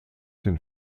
den